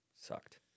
Sucked